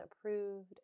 approved